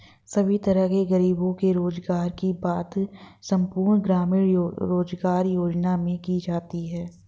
सभी तरह के गरीबों के रोजगार की बात संपूर्ण ग्रामीण रोजगार योजना में की जाती है